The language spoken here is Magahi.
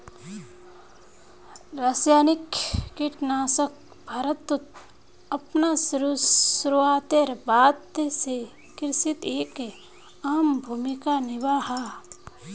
रासायनिक कीटनाशक भारतोत अपना शुरुआतेर बाद से कृषित एक अहम भूमिका निभा हा